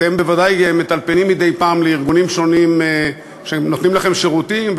אתם בוודאי מטלפנים מדי פעם לארגונים שונים שנותנים לכם שירותים,